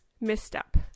misstep